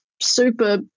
super